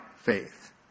faith